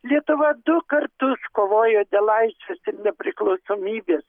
lietuva du kartus kovojo dėl laisvės ir nepriklausomybės